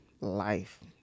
life